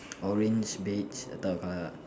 orange beige